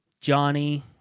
Johnny